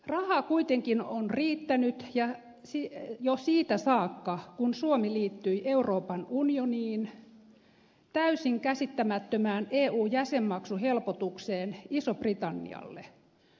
rahaa kuitenkin on riittänyt jo siitä saakka kun suomi liittyi euroopan unioniin täysin käsittämättömään eu jäsenmaksuhelpotukseen isolle britannialle